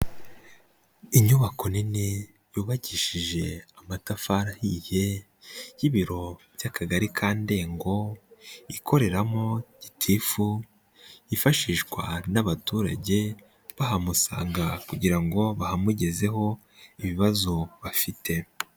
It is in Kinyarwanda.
Inyubako nini yubakishije amatafari ahiye y'ibiro by'Akagari ka Ndengo, ikoreramo gitifu yifashishwa n'abaturage, bahamusanga kugira ngo bahamugezeho ibibazo bafite.